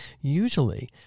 Usually